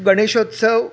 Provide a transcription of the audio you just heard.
Ganeshotsav